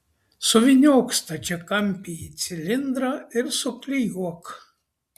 suvyniok stačiakampį į cilindrą ir suklijuok